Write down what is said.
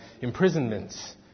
imprisonments